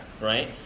Right